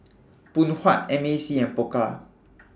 Phoon Huat M A C and Pokka